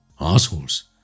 Assholes